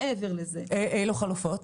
מעבר לזה --- אילו חלופות?